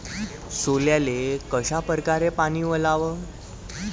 सोल्याले कशा परकारे पानी वलाव?